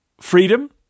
freedom